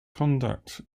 conduct